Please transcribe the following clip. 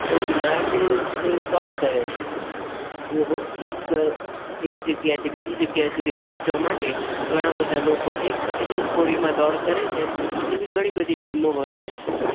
હોળીમાં તે દોડ કરે છે વો એક જગ્યાએથી બીજી જગ્યા સુધી પહોંચવા માટે ઘણા બધા લોકો એક સાથે એક હોળીમાં દોડ કરે છે તેવી ઘણી બધી ટીમો હોય છે